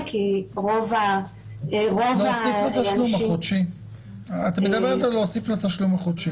כי רוב האנשים --- את מדברת על להוסיף לתשלום החודשי.